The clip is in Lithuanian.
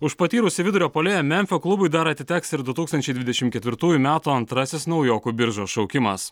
už patyrusį vidurio puolėją memfio klubui dar atiteks ir du tūkstančiai dvidešimt ketvirtųjų metų antrasis naujokų biržos šaukimas